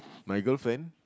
my girlfriend